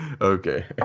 Okay